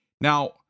now